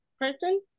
person